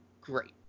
great